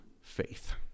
faith